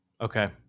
okay